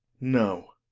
no.